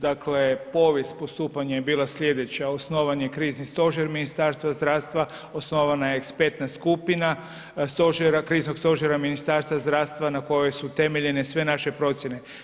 Dakle, povijest postupanja je bila sljedeća, osnovan je Križni stožer Ministarstva zdravstva, osnovana je ekspertna skupina Kriznog stožera Ministarstva zdravstva na kojem su temeljene sve naše procjene.